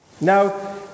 Now